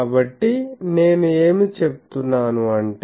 కాబట్టి నేను ఏమి చెప్తున్నాను అంటే